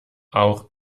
auch